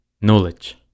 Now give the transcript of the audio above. knowledge